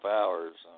hours